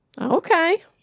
Okay